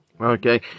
Okay